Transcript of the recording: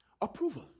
approval